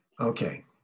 Okay